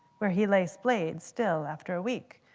where he lay splayed still after a week.